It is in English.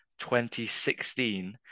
2016